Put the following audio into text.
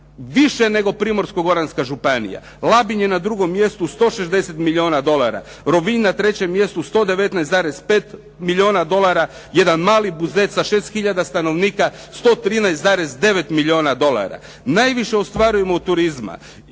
Više nego Primorsko-goranska županija, Labin je na drugom mjestu 160 milijuna dolara, Rovinj na trećem mjestu 119,5 milijuna dolara, jedan mali Buzet sa 6 hiljada stanovnika, 113,9 milijuna dolara. Najviše ostvarujemo od turizma.